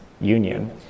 Union